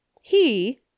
He